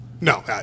No